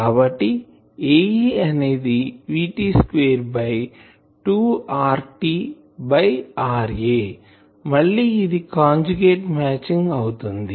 కాబట్టి Ae అనేది VT square by 2 RT by RA మళ్ళి ఇది కాంజుగేట్ మ్యాచింగ్conjugate matching అవుతుంది